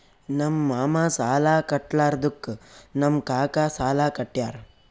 ನಮ್ ಮಾಮಾ ಸಾಲಾ ಕಟ್ಲಾರ್ದುಕ್ ನಮ್ ಕಾಕಾ ಸಾಲಾ ಕಟ್ಯಾರ್